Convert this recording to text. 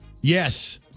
Yes